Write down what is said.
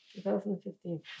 2015